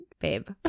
Babe